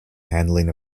handling